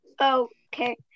Okay